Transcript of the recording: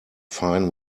fine